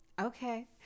Okay